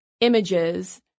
images